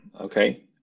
okay